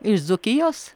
iš dzūkijos